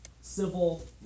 Civil